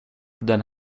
den